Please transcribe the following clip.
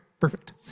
perfect